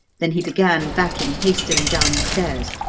then he began backing hastily down the stairs,